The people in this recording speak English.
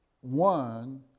one